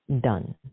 done